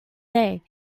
day